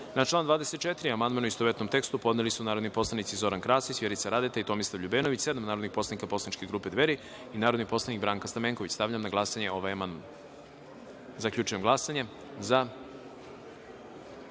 član 17. amandman, u istovetnom tekstu, podneli su narodni poslanici Zoran Krasić, Vjerica Radeta i Nemanja Šarović, sedam narodnih poslanika poslaničke grupe Dveri i narodni poslanik Branka Stamenković. Stavljam na glasanje ovaj amandman. Zaključujem glasanje i